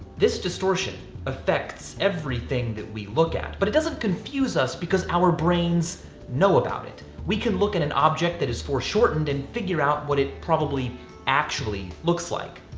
this distortion affects everything that we look at. but it doesn't confuse us, because our brains know about it. we can look at an object that is foreshortened and figure out what it probably actually looks like.